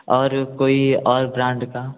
और कोई और ब्रांड का